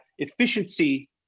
efficiency